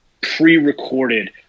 pre-recorded